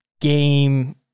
game